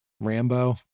Rambo